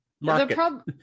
market